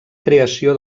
creació